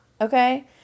okay